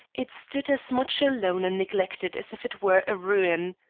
it stood as much alone and neglected as if it were a ruin.